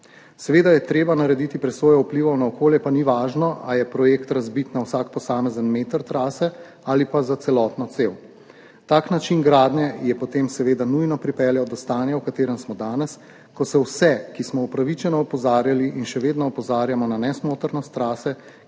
Seveda je treba narediti presojo vplivov na okolje, pa ni važno, ali je projekt razbit na vsak posamezen meter trase ali pa za celotno cev. Tak način gradnje je potem seveda nujno pripeljal do stanja v katerem smo danes, ko se vse, ki smo upravičeno opozarjali in še vedno opozarjamo na nesmotrnost trase,